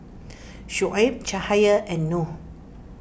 Shoaib Cahaya and Noh